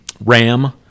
ram